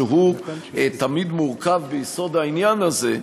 שהוא תמיד מורכב ביסוד העניין הזה: